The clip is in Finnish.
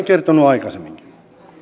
kertonut aikaisemminkin